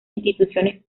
instituciones